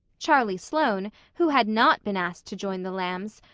charlie sloane, who had not been asked to join the lambs,